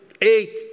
Eight